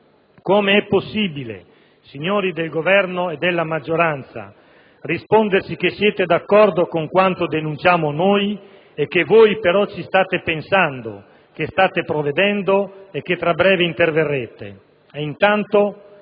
Come è possibile, signori del Governo e della maggioranza, risponderci che siete d'accordo con quanto denunciamo noi e che voi però ci state pensando, che state provvedendo e che tra breve interverrete? E intanto?